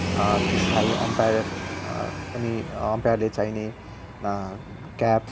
त्यसलाई अम्पायर पनि अम्पायरलाई चाहिने क्याप